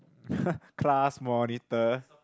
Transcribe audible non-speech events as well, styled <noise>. <laughs> class monitor